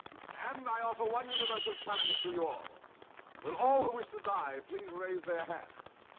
and i offer one universal challenge to you all will all who wish to die, please raise their hands.